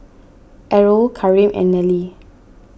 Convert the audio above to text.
Errol Kareem and Nellie